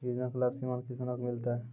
योजना का लाभ सीमांत किसानों को मिलता हैं?